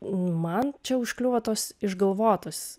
man čia užkliuvo tos išgalvotos